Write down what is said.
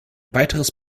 weiteres